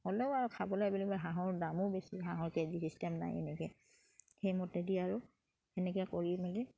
হ'লেও আৰু খাবলে বুলিবলে হাঁহৰ দামো বেছি হাঁহৰ কেজি ছিষ্টেম নাই এনেকে সেইমতে দি আৰু এনেকে কৰি মেলি